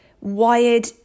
wired